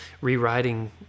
rewriting